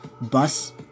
bus